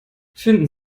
finden